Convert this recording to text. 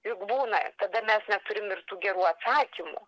juk būna tada mes neturim ir tų gerų atsakymų